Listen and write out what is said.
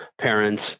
parents